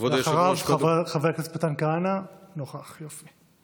בבקשה, ואחריו, חבר הכנסת מתן כהנא, שנוכח, יופי.